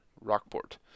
Rockport